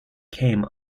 came